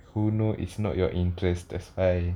who know it's not your interest that's why